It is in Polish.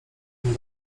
tym